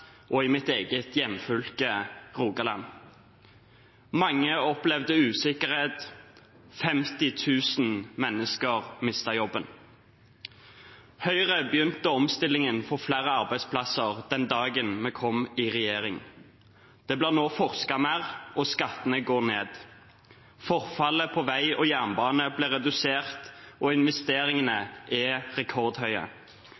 og i mitt eget hjemfylke, Rogaland. Mange opplevde usikkerhet, 50 000 mennesker mistet jobben. Høyre begynte omstillingen for flere arbeidsplasser den dagen vi kom i regjering. Det blir nå forsket mer, og skattene går ned. Forfallet på vei og jernbane blir redusert, og